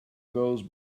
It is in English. goes